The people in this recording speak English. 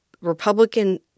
Republican